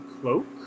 cloak